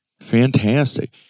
Fantastic